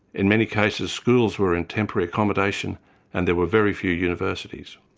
in many cases, schools were in temporary accommodation and there were very few universities.